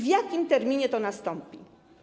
W jakim terminie to nastąpi?